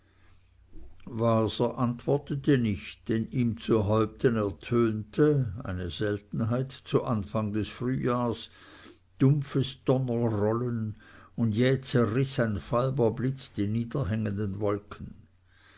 waser antwortete nicht denn ihm zu häupten ertönte eine seltenheit zu anfang des frühjahrs dumpfes donnerrollen und jäh zerriß ein falber blitz die niederhangenden wolken